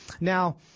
Now